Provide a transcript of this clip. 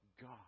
God